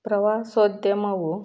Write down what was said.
ಪ್ರವಾಸೋದ್ಯಮವು